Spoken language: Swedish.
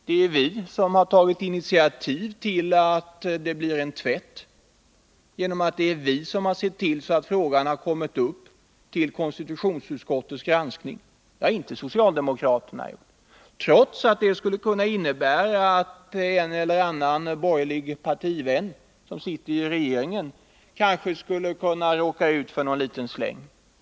Det är vi som har tagit initiativ till att det blir en tvätt genom att vi har sett till att frågan har kommit upp till konstitutionsutskottets granskning — det har nämligen inte socialdemokraterna gjort — trots att det skulle kunna innebära att en eller annan borgerlig partivän som sitter i regeringen råkar ut för en liten släng.